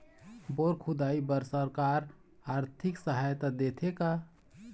Bore खोदाई बर सरकार आरथिक सहायता देथे का?